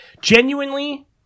genuinely